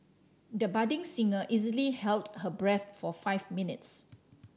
the budding singer easily held her breath for five minutes